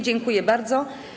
Dziękuję bardzo.